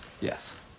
Yes